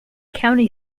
county